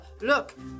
look